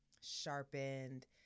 sharpened